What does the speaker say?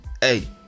Hey